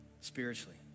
spiritually